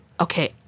okay